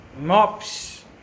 MOPS